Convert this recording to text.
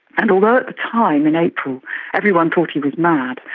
and although at the time in april everyone thought he was mad,